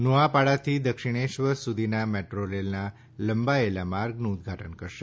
નોઆપાડાથી દક્ષિણેશ્વર સુધીના મેટ્રો રેલ્વેના લંબાયેલા માર્ગનું ઉદ્વાટન કરશે